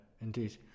indeed